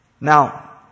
Now